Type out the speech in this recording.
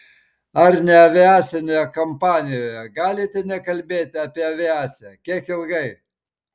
ar neaviacinėje kompanijoje galite nekalbėti apie aviaciją kiek ilgai